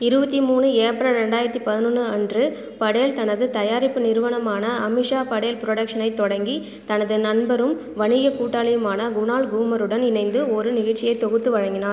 இருபத்தி மூணு ஏப்ரல் ரெண்டாயிரத்து பதினொன்று அன்று படேல் தனது தயாரிப்பு நிறுவனமான அமீஷா படேல் புரொடக்ஷன்ஸைத் தொடங்கி தனது நண்பரும் வணிக கூட்டாளியுமான குனால் கூமருடன் இணைந்து ஒரு நிகழ்ச்சியை தொகுத்து வழங்கினார்